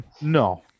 No